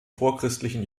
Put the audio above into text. vorchristlichen